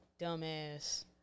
dumbass